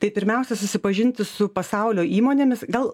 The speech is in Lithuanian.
tai pirmiausia susipažinti su pasaulio įmonėmis gal